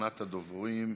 אחרונת הדוברים,